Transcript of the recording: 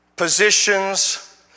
positions